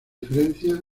referencia